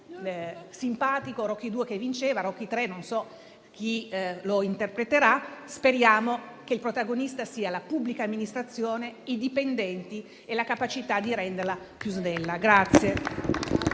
interpreterà - i protagonisti siano la pubblica amministrazione, i dipendenti e la capacità di renderla più snella.